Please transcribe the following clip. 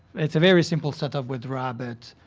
it's a very simple setup with rabbit.